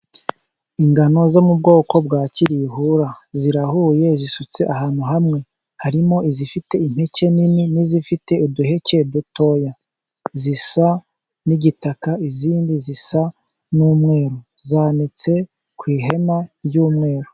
Ingano zo mu bwoko bwa kirihura. Zirahuye, zisutse ahantu hamwe. Harimo izifite impeke nini, n'izifite uduheke dutoya. Zisa n'igitaka, izindi zisa n'umweru. zanitse ku ihema ry'umweru.